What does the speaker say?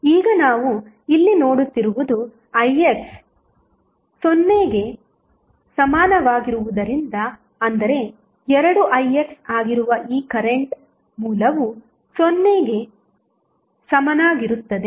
ಈಗ ನಾವು ಇಲ್ಲಿ ನೋಡುತ್ತಿರುವುದು ix 0 ಗೆ ಸಮನಾಗಿರುವುದರಿಂದ ಅಂದರೆ 2ix ಆಗಿರುವ ಈ ಕರೆಂಟ್ ಮೂಲವು 0 ಗೆ ಸಮನಾಗಿರುತ್ತದೆ